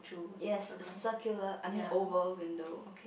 yes circular I mean oval window